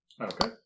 Okay